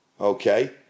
Okay